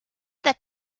that